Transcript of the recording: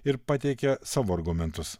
ir pateikia savo argumentus